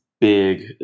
big